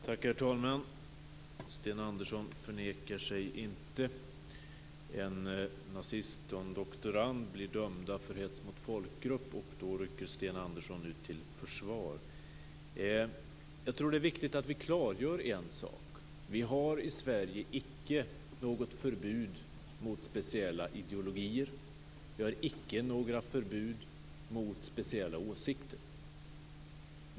Herr talman! Sten Andersson förnekar sig inte. En nazist och en doktorand blir dömda för hets mot folkgrupp, och då rycker Sten Andersson ut till försvar. Jag tror att det är viktigt att vi klargör en sak. Vi har i Sverige inte något förbud mot speciella ideologier. Vi har inte några förbud mot speciella åsikter.